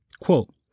Quote